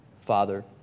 Father